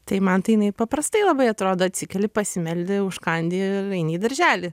tai man tai jinai paprastai labai atrodo atsikeli pasimeldi užkandi eini į darželį